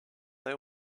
they